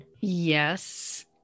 Yes